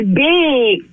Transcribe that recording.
big